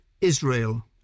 Israel